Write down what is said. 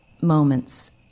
moments